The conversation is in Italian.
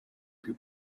più